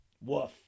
Woof